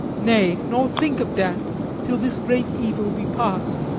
nay, nor think of death till this great evil be past.